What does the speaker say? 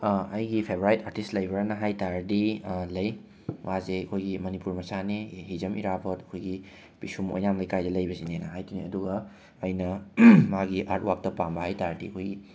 ꯑꯩꯒꯤ favourite artist ꯂꯩꯕ꯭ꯔꯅ ꯍꯥꯏꯕ ꯇꯥꯔꯗꯤ ꯂꯩ ꯃꯥꯁꯦ ꯑꯩꯈꯣꯏꯒꯤ ꯃꯅꯤꯄꯨꯔ ꯃꯆꯥꯅꯦ ꯍꯤꯖꯝ ꯏꯔꯥꯕꯣꯠ ꯑꯩꯈꯣꯏꯒꯤ ꯄꯤꯁꯨꯝ ꯑꯣꯏꯅꯥꯝ ꯂꯩꯀꯥꯏꯗ ꯂꯩꯕꯁꯤꯅꯦ ꯍꯥꯏꯗꯣꯏꯅꯦ ꯑꯗꯨꯒ ꯑꯩꯅ ꯃꯥꯒꯤ ꯑꯥꯔꯠꯋꯥꯔꯛꯇ ꯄꯥꯝꯕ ꯍꯥꯏꯕ ꯇꯥꯔꯗꯤ ꯑꯩꯈꯣꯏꯒꯤ